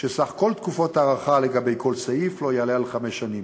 שסך כל תקופות ההארכה לגבי כל סעיף לא יעלה על חמש שנים.